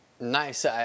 Nice